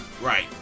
right